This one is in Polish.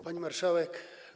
Pani Marszałek!